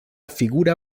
figura